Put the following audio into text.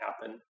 happen